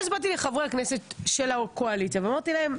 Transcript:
באתי לחברי הכנסת של הקואליציה ואמרתי להם,